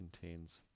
contains